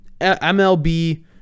MLB